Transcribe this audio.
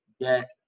get